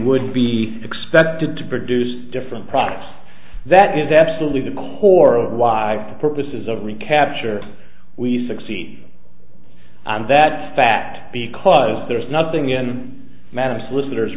would be expected to produce different products that is absolutely the core of why the purposes of recapture we succeed on that fact because there is nothing in madame solicitors